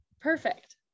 Perfect